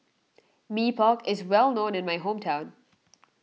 Mee Pok is well known in my hometown